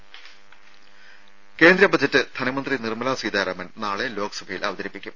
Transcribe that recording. രംഭ കേന്ദ്രബജറ്റ് ധനമന്ത്രി നിർമ്മലാ സീതാരാമൻ നാളെ ലോക്സഭയിൽ അവതരിപ്പിക്കും